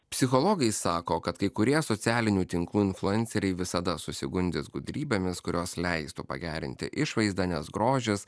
psichologai sako kad kai kurie socialinių tinklų influenceriai visada susigundys gudrybėmis kurios leistų pagerinti išvaizdą nes grožis